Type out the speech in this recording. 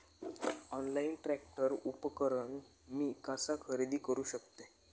Online tractor उपकरण मी कसा खरेदी करू शकतय?